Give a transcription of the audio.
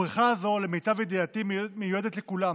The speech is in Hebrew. הבריכה הזו למיטב ידיעתי מיועדת לכולם,